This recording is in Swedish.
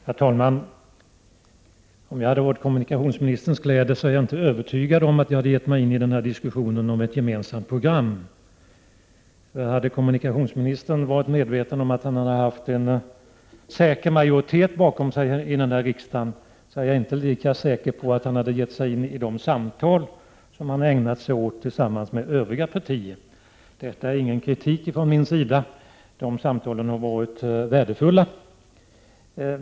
Herr talman! Jag är inte övertygad om att jag, om jag hade varit i kommunikationsministerns kläder, hade givit mig in i diskussion om ett gemensamt program för de borgerliga partierna. Jag är inte säker på att kommunikationsministern, om han varit övertygad om att han haft en säker majoritet bakom sig i riksdagen, givit sig in i de samtal som han fört med övriga partier. Detta är ingen kritik från min sida — de samtalen har varit värdefulla.